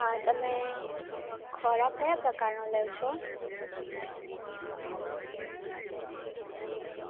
હા તમે ખોરાક કયા પ્રકારનો લો છો